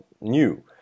new